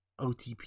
OTP